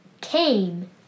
came